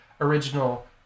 original